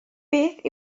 beth